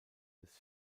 des